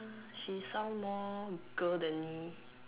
she sound more girl than me